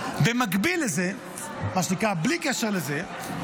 במקביל לזה, מה שנקרא בלי קשר לזה,